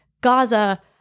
Gaza